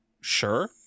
Sure